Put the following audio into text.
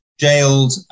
Jailed